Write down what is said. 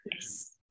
Yes